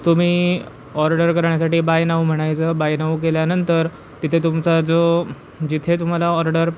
तुम्ही ऑर्डर करण्यासाठी buy now म्हणायचं बाय नाऊ केल्यानंतर तिथे तुमचा जो जिथे तुम्हाला ऑर्डर